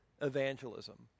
evangelism